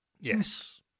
Yes